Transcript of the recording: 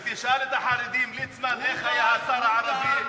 ותשאל את החרדים, ליצמן, איך היה השר הערבי?